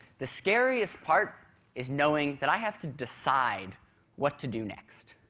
the scariest part is knowing that i have to decide what to do next.